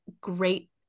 great